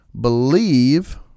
believe